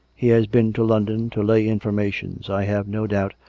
he has been to london to lay informations, i have no doubt,